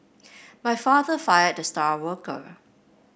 my father fired the star worker